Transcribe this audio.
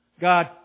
God